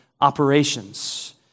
operations